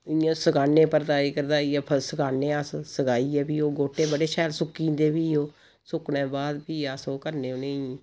इ'यां सकान्ने परताई घरताइयै फिर सकान्ने अस सकाइयै फ्ही ओह् गोह्टे बड़े शैल सुक्की जंदे फ्ही ओह् सुक्कने दे बाद फ्ही अस्स ओह् करने उनेंगी